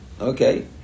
Okay